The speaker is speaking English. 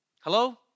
Hello